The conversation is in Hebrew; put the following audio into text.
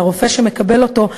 מהרופא שמקבל אותו,